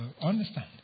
understand